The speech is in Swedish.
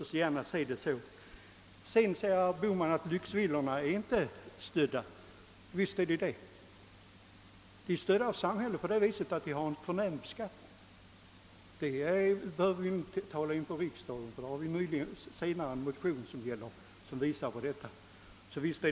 Herr Bohman påstår att lyxvillorna inte får stöd. Visst får de det; de är stödda av samhället på det viset att skatten blir förmånligare. Men det behöver vi inte tala om inför riksdagen i dag, ty senare kommer en motion upp där detta påvisas.